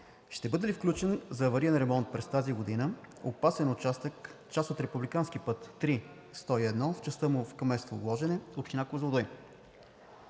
ще бъде ли включен за авариен ремонт през тази година опасен участък, част от републикански път III-101, в частта му в кметство Гложене, община Козлодуй?